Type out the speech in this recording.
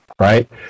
right